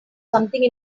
something